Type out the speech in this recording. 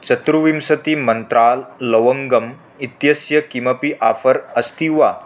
चतुर्विंशतिमन्त्रा लवङ्गम् इत्यस्य किमपि आफ़र् अस्ति वा